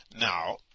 Now